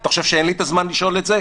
אתה חושב שאין לי את הזמן לשאול את זה?